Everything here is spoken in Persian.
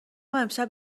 امشب